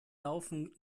laufen